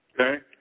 Okay